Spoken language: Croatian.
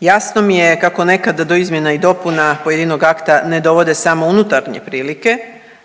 Jasno mi je kako nekada do izmjena i dopuna pojedinog akta ne dovode samo unutarnje prilike,